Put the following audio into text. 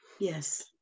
Yes